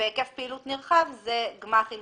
והיקף פעילות נרחב אלה גמ"חים